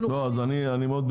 אנחנו --- לא, רגע.